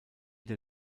der